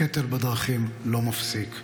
הקטל בדרכים לא מפסיק.